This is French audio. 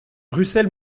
russel